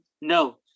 no